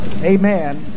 amen